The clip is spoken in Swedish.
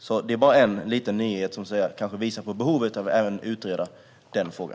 Detta var bara en liten nyhet som kanske visar på behovet av att utreda även denna fråga.